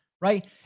right